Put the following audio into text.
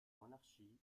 monarchie